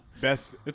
Best